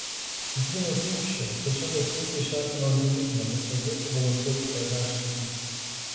citrinos rūgščios tačiau jos puikiai šarmina organizmą tad padės subalansuoti ph lygį